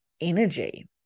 energy